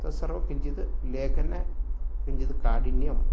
तस्सर्वं किञ्चित् लेखने किञ्चिद् काठिन्यम्